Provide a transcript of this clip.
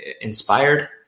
inspired